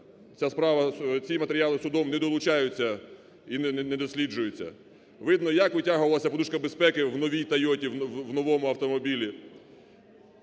Ці матеріали судом не долучаються і не досліджуються, видно, як витягувалася подушка безпеки у новій "Тойоті", в новому автомобілі.